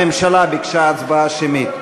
הממשלה ביקשה הצבעה שמית.